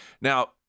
Now